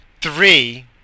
Three